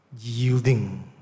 yielding